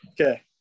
Okay